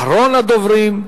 אחרון הדוברים,